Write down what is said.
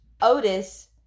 Otis